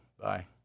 Bye